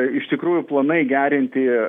iš tikrųjų planai gerinti